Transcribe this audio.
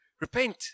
repent